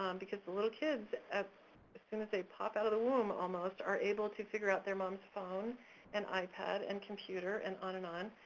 um because the little kids as soon as they pop out of the womb almost are able to figure out their mom's and ipad and computer and on and on,